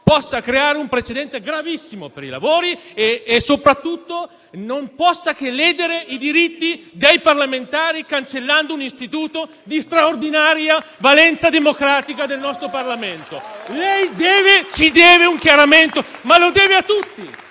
possa creare un precedente gravissimo per i lavori e, soprattutto, non possa che ledere i diritti dei parlamentari cancellando un istituto di straordinaria valenza democratica del nostro Parlamento. *(Applausi dai Gruppi*